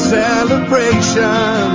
celebration